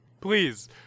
Please